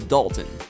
Dalton